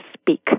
speak